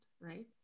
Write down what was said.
right